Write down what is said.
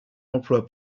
emploi